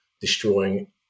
destroying